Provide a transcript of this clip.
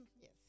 Yes